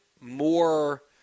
more